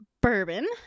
bourbon